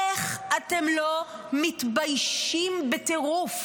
איך אתם לא מתביישים בטירוף?